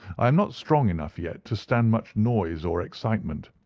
i am not strong enough yet to stand much noise or excitement.